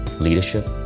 Leadership